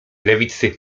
lewicy